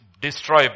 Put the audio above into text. destroy